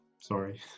Sorry